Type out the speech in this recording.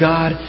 God